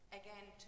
again